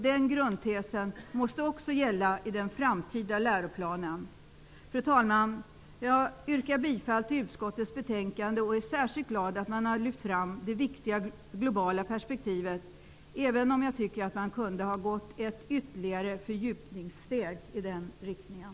Den grundtesen måste också gälla i den framtida läroplanen. Fru talman! Jag yrkar bifall till hemställan i utskottets betänkande och är särskilt glad att man har lyft fram det viktiga globala perspektivet, även om jag tycker att man kunde ha gått ett ytterligare fördjupningssteg i den riktningen.